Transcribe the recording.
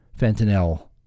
fentanyl